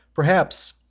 perhaps,